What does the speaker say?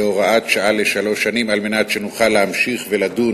להוראת שעה לשלוש שנים, כדי שנוכל להמשיך לדון